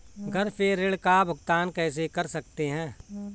घर से ऋण का भुगतान कैसे कर सकते हैं?